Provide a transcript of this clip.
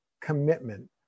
commitment